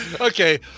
okay